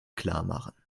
klarmachen